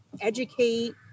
educate